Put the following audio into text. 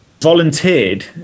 volunteered